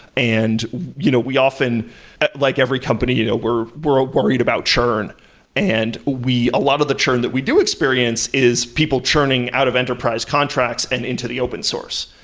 and you know we often like every company, you know we're we're worried about churn and a lot of the churn that we do experience is people churning out of enterprise contracts and into the open source,